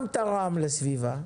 גם תרם לסביבה.